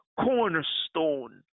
cornerstone